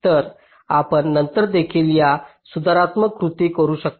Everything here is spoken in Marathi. तर आपण नंतर देखील या सुधारात्मक कृती करू शकता